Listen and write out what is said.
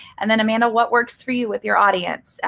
and then, amanda, what works for you with your audience?